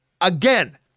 Again